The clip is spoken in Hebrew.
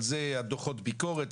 על זה דוחות ביקורת,